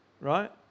right